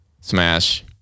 Smash